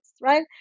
right